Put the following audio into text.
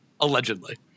Allegedly